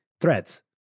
threads